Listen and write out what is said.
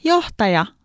Johtaja